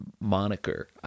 moniker